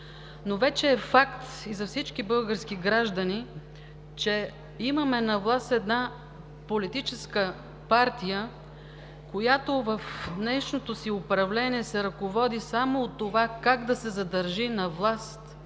Но вече е факт и за всички български граждани, че имаме на власт една политическа партия, която в днешното си управление се ръководи само от това как да се задържи на власт,